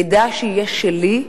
מידע שיהיה שלי,